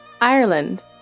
Ireland